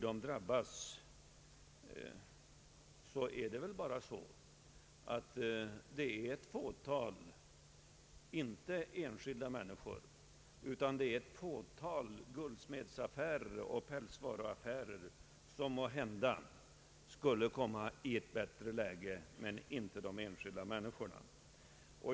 Det rör sig här inte om enskilda människor utan om ett fåtal guldsmedsaffärer och pälsvaruaffärer, som måhända skulle komma i ett bättre läge, men inte de enskilda människorna.